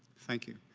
thank you.